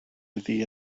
iddi